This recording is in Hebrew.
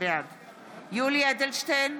יולי יואל אדלשטיין,